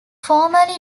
formerly